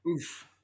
Oof